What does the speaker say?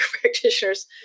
practitioners